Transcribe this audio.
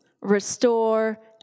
restore